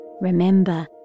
Remember